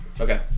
Okay